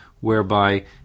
Whereby